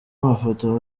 mafoto